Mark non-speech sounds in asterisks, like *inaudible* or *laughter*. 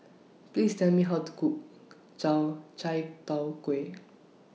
Please Tell Me How to Cook *unintelligible* Chai Tow Kway